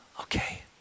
Okay